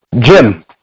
Jim